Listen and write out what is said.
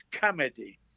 comedy